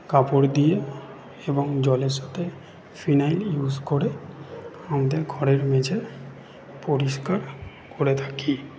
কাপড় দিয়ে এবং জলের সথে ফিনাইল ইউস করে আমাদের ঘরের মেঝে পরিষ্কার করে থাকি